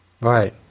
Right